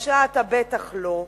רשע אתה בטח לא.